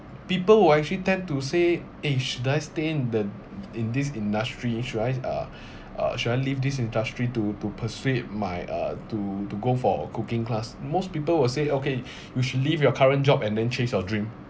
people will actually tend to eh should I stay in the in this industry should I uh uh should I leave this industry to to pursuit my uh to to go for a cooking class most people will say okay you should leave your current job and then chase your dream